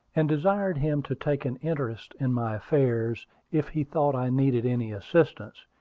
and desired him to take an interest in my affairs if he thought i needed any assistance,